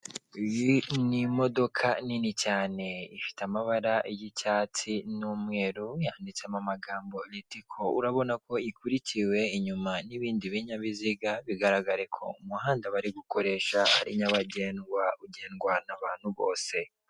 Imodoka nini cyane, ifite amabara y'icyatsi n'umweru yanditsemo amagambo ritiko, urabona ko ikurikiwe inyuma n'ibindi binyabiziga, bigaragare ko umuhanda bari gukoresha ari nyabagendwa ugendwa n'abantu bose.